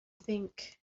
think